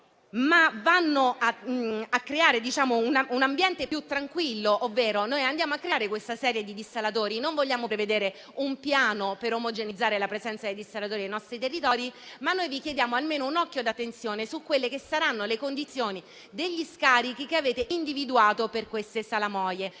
ma vanno a creare un ambiente più tranquillo. Ovvero, nel momento in cui andiamo a creare questa serie di dissalatori, vogliamo prevedere un piano per omogeneizzare la presenza dei dissalatori nei nostri territori, chiedendovi almeno un occhio di riguardo su quelle che saranno le condizioni degli scarichi che avete individuato per le salamoie.